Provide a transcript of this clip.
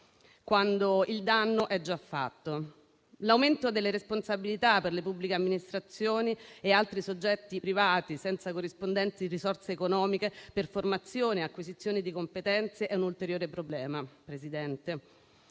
quando il danno è già fatto. L'aumento delle responsabilità per le pubbliche amministrazioni e altri soggetti privati senza corrispondenti risorse economiche per formazione e acquisizione di competenze è un ulteriore problema. Signor Presidente,